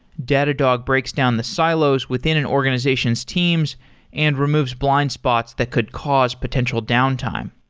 datadog breaks down the silos within an organization's teams and removes blind spots that could cause potential downtime.